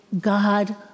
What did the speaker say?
God